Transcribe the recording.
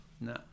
no